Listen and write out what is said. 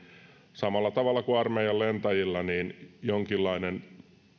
samalla tavalla kuin armeijan lentäjille jonkinlainen